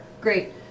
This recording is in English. Great